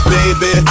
Baby